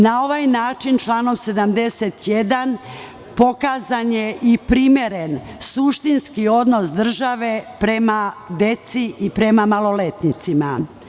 Na ovaj način, članom 81. pokazan je i primeren suštinski odnos države prema deci i prema maloletnicima.